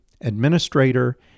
administrator